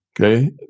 okay